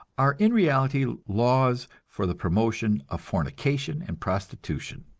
are in reality laws for the promotion of fornication and prostitution.